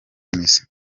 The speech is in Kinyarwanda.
mizi